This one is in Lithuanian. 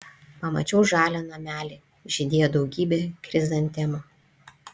pamačiau žalią namelį žydėjo daugybė chrizantemų